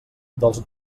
dels